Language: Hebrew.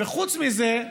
וחוץ מזה,